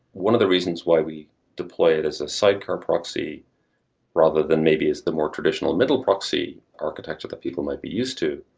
one of the reasons why we deploy it as a sidecar proxy rather than maybe as the traditional middle proxy architecture that people might be used to,